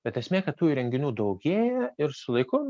bet esmė kad tų įrenginių daugėja ir su laiku